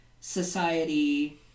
society